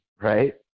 right